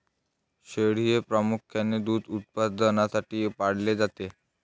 शेळी हे प्रामुख्याने दूध उत्पादनासाठी पाळले जाते